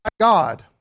God